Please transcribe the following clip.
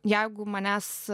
jeigu manęs